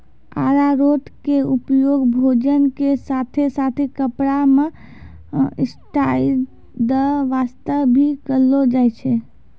अरारोट के उपयोग भोजन के साथॅ साथॅ कपड़ा मॅ स्टार्च दै वास्तॅ भी करलो जाय छै